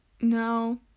No